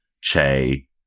Che